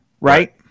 Right